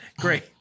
Great